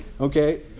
Okay